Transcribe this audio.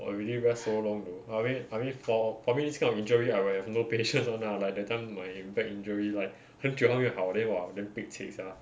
but already rest so long though I mean I mean for I mean this kind of injury I will have no patience [one] lah like that time my back injury like 很久还没有好 then !wah! damn pek cek sia